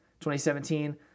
2017